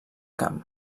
camp